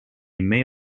may